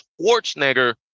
Schwarzenegger